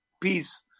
peace